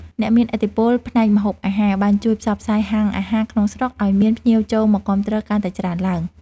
អ្នកមានឥទ្ធិពលផ្នែកម្ហូបអាហារបានជួយផ្សព្វផ្សាយហាងអាហារក្នុងស្រុកឱ្យមានភ្ញៀវចូលមកគាំទ្រកាន់តែច្រើនឡើង។